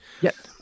Yes